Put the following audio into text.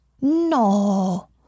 no